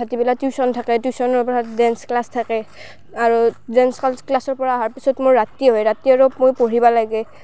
ভাটিবেলা tuition থাকে টিউচনৰ পৰা ডেন্স ক্লাছ থাকে আৰু ডেন্স ক্লাছ ক্লাছৰ পৰা অহাৰ পাছত মোৰ ৰাতি হয় ৰাতি আৰু মোৰ পঢ়িব লাগে